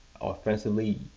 Offensively